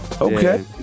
Okay